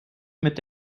mit